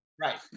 right